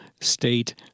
state